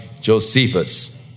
Josephus